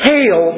Hail